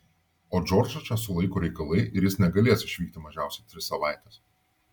o džordžą čia sulaiko reikalai ir jis negalės išvykti mažiausiai tris savaites